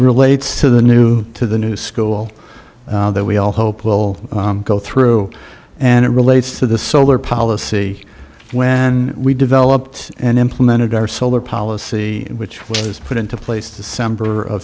relates to the new to the new school that we all hope will go through and it relates to the solar policy when we developed and implemented our solar policy which was put into place december of